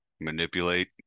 manipulate